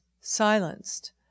silenced